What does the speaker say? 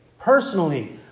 Personally